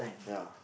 ya